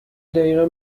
دقیقا